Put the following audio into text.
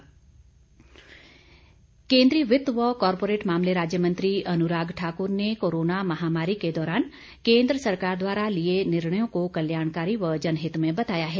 अनुराग केंद्रीय वित्त व कारपोरेट मामले राज्य मंत्री अनुराग ठाकुर ने कोरोना महामारी के दौरान केंद्र सरकार द्वारा लिए निर्णयों को कल्याणकारी व जनहित में बताया है